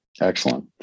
Excellent